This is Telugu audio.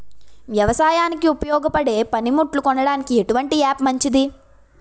వ్యవసాయానికి ఉపయోగపడే పనిముట్లు కొనడానికి ఎటువంటి యాప్ మంచిది?